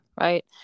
right